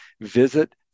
visit